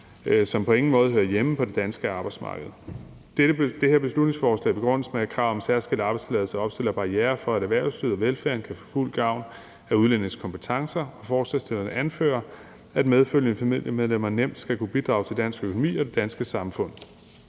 som på ingen måde hører hjemme på det danske arbejdsmarked. Det her beslutningsforslag begrundes med, at kravet om særskilt arbejdstilladelse opstiller barrierer for, at erhvervslivet og velfærden kan få fuld gavn af udlændinges kompetencer, og forslagsstillerne anfører, at medfølgende familiemedlemmer nemt skal kunne bidrage til dansk økonomi og det danske samfund.